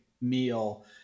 meal